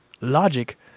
Logic